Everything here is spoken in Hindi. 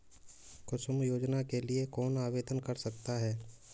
कुसुम योजना के लिए कौन आवेदन कर सकता है?